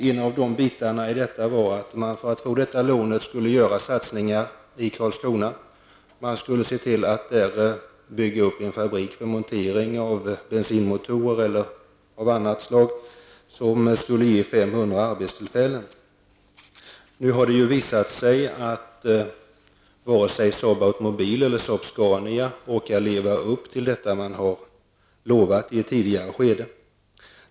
För att få det lånet skulle man göra satsningar i Karlskrona och där bygga upp en fabrik för montering av bensinmotorer eller motorer av annat slag, vilket skulle ge 500 arbetstillfällen. Nu har det visat sig att varken Saab Automobil eller Saab Scania orkar leva upp till det löftet.